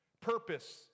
purpose